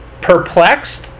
perplexed